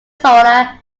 soda